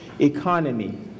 economy